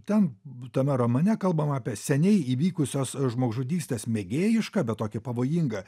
ten tame romane kalbama apie seniai įvykusios žmogžudystės mėgėjišką bet tokį pavojingą